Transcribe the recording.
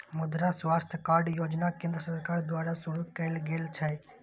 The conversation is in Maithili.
मुद्रा स्वास्थ्य कार्ड योजना केंद्र सरकार द्वारा शुरू कैल गेल छै